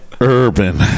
urban